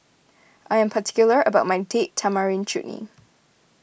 I am particular about my Date Tamarind Chutney